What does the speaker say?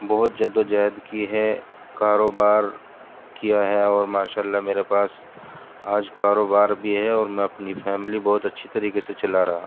بہت جدوجہد کی ہے کاروبار کیا ہے اور ماشاء اللہ میرے پاس آج کاروبار بھی ہے اور میں اپنی فیملی بہت اچھے طریقے سے چلا رہا